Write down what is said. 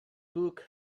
book